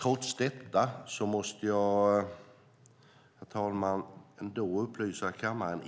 Trots det måste jag åter upplysa om att